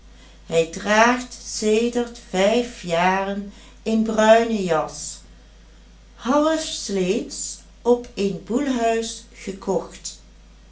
hij draagt sedert vijf jaren een bruinen jas halfsleets op een boelhuis gekocht